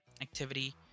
activity